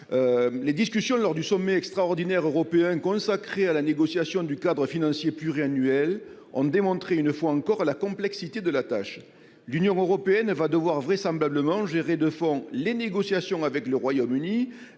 Les discussions lors du sommet extraordinaire européen consacré à la négociation du cadre financier pluriannuel ont montré, une fois encore, la complexité de la tâche. L'Union européenne va vraisemblablement devoir gérer de front les négociations avec le Royaume-Uni